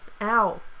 Ow